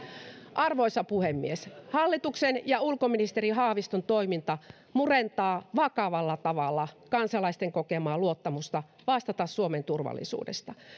arvoisa puhemies hallituksen ja ulkoministeri haaviston toiminta murentaa vakavalla tavalla kansalaisten kokemaa luottamusta vastata suomen turvallisuudesta